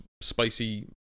spicy